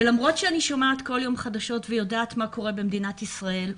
ולמרות שאני שומעת כל יום חדשות ויודעת מה קורה במדינת ישראל,